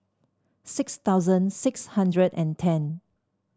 six thousand six hundred and ten